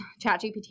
ChatGPT